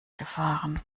gefahren